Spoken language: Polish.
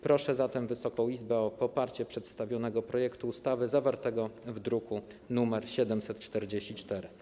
Proszę zatem Wysoką Izbę o poparcie przedstawionego projektu ustawy, zawartego w druku nr 744.